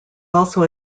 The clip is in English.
also